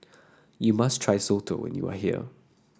you must try Soto when you are here